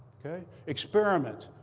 ok? experiment.